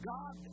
God